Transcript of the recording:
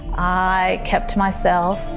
i kept to myself.